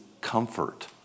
comfort